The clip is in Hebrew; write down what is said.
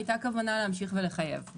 היתה כוונה להמשיך ולחייב.